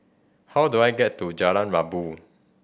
how do I get to Jalan Rabu